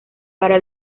para